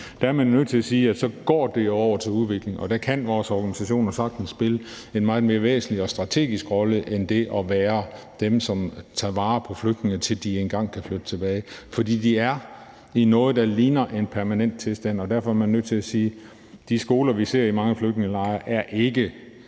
er man nødt til at sige, at så går det jo over til udvikling. Og der kan vores organisationer sagtens spille en meget mere væsentlig og strategisk rolle end det at være dem, som tager vare på flygtninge, til de engang kan flytte tilbage. For de er i noget, der ligner en permanent tilstand. Derfor er man nødt til at sige, at de skoler, vi ser i mange flygtningelejre, ikke